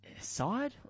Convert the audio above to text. Side